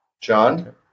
John